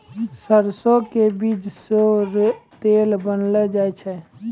सरसों के बीज सॅ तेल बनैलो जाय छै